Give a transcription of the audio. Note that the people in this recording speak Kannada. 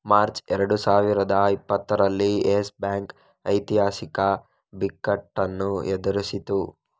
ಮಾರ್ಚ್ ಎರಡು ಸಾವಿರದ ಇಪ್ಪತ್ತರಲ್ಲಿ ಯೆಸ್ ಬ್ಯಾಂಕ್ ಐತಿಹಾಸಿಕ ಬಿಕ್ಕಟ್ಟನ್ನು ಎದುರಿಸಿತು